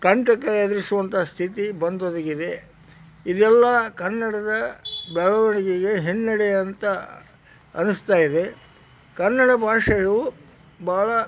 ಕಂಟಕ ಎದುರಿಸುವಂಥ ಸ್ಥಿತಿ ಬಂದೊದಗಿದೆ ಇದೆಲ್ಲ ಕನ್ನಡದ ಬೆಳವಣಿಗೆಗೆ ಹಿನ್ನಡೆ ಅಂತ ಅನಿಸ್ತಾಯಿದೆ ಕನ್ನಡ ಭಾಷೆಯು ಭಾಳ